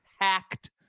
hacked